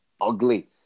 ugly